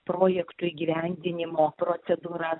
projektų įgyvendinimo procedūra